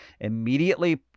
immediately